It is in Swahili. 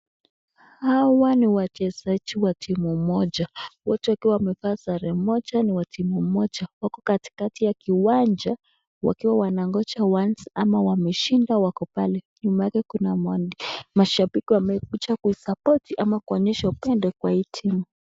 hawa ni wachezaji wa timu moja wote wakiwa wamevaa sare moja ni wa timi moja wako katikati ya kiwanja uwanja wakiwa wanagoja waanze ama wameshinda wako pale, nyuma yake kuna mashabiki wamekuja kuwa [support] ama kuonyesha upendo kwa hii timu